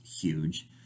huge